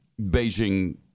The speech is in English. Beijing